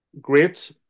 great